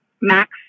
max